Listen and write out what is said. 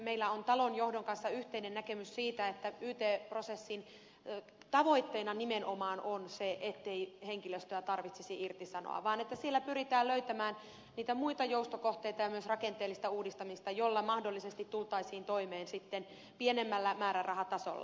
meillä on talon johdon kanssa yhteinen näkemys siitä että yt prosessin tavoitteena nimenomaan on se ettei henkilöstöä tarvitsisi irtisanoa vaan että sillä pyritään löytämään niitä muita joustokohteita ja myös rakenteellista uudistamista jolla mahdollisesti tultaisiin toimeen sitten pienemmällä määrärahatasolla